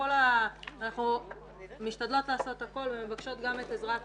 אנחנו משתדלות לעשות הכל ומבקשות גם את עזרת